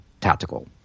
tactical